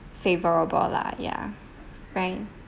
favourable lah ya right